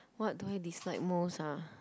what do I dislike most ah